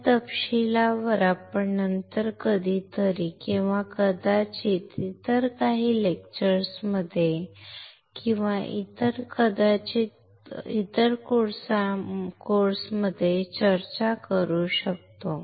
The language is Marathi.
या तपशिलावर आपण नंतर कधीतरी किंवा कदाचित इतर काही लेक्चर्समध्ये किंवा कदाचित इतर कोर्समध्ये चर्चा करू शकतो